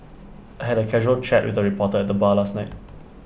I had A casual chat with A reporter at the bar last night